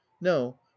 no